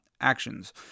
actions